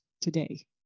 today